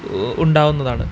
ഉണ്ടാവുന്നതാണ്